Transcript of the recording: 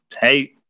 hey